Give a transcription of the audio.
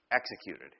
executed